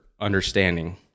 understanding